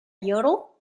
yodel